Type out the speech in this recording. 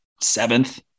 seventh